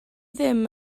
ddim